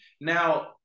Now